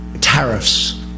tariffs